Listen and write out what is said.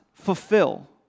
fulfill